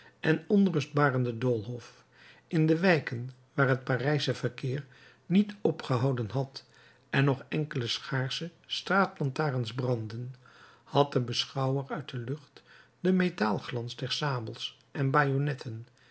en onrustbarenden doolhof in de wijken waar het parijsche verkeer niet opgehouden had en nog enkele schaarsche straatlantaarns brandden had de beschouwer uit de lucht den metaalglans der sabels en